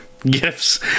gifts